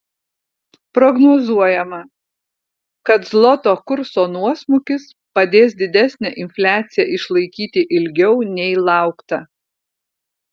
prognozuojama kad zloto kurso nuosmukis padės didesnę infliaciją išlaikyti ilgiau nei laukta